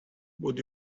would